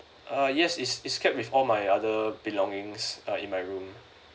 uh yes is is kept with all my other belongings uh in my room